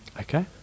Okay